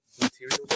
material